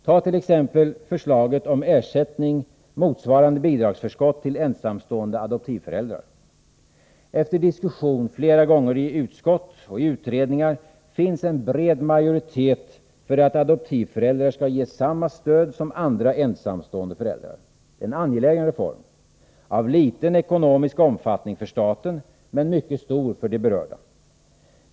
Ta t.ex. förslaget om ersättning motsvarande bidragsförskott till ensamstående adoptivföräldrar. Efter diskussion flera gånger i utskott och utredningar finns en bred majoritet för att adoptivföräldrar skall ges samma stöd som andra ensamstående föräldrar. Det är en angelägen reform — av liten ekonomisk omfattning för staten, men mycket stor för de berörda.